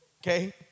Okay